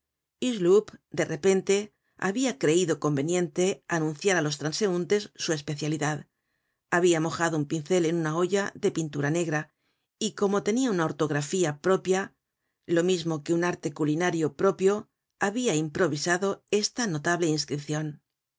hucheloup de repente habia creido conveniente anunciar á los transeuntes su especialidad habia mojado un pincel en una olla de pintura negra y como tenia una ortografía propia lo mismo que un arte culinario propio habia improvisado esta notable inscripcion